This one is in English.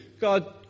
God